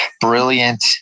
Brilliant